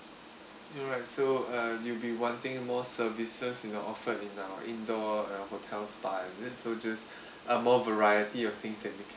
alright so uh you'll be wanting more services in the offered in our indoor hotels spa is it so just uh more variety of things that we can